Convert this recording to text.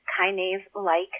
kinase-like